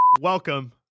Welcome